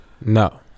No